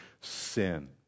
sin